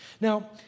Now